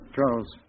Charles